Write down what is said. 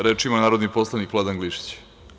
Reč ima, narodni poslanik, Vladan Glišić.